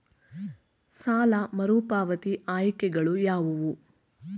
ಸಾಲ ಮರುಪಾವತಿ ಆಯ್ಕೆಗಳು ಯಾವುವು?